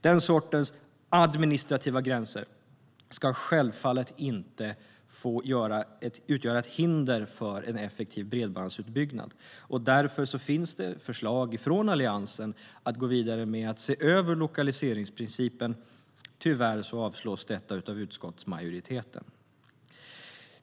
Den sortens administrativa gränser ska självfallet inte få utgöra ett hinder för en effektiv bredbandsutbyggnad. Därför finns det förslag från Alliansen om att se över lokaliseringsprincipen. Tyvärr avslås detta av utskottsmajoriteten.